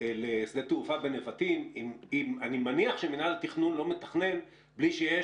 לשדה תעופה בנבטים אני מניח שמינהל התכנון לא מתכנן בלי שיש